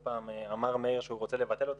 אמר מאיר שהוא רוצה לבטל אותם.